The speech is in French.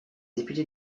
député